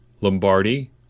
Lombardi